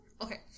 okay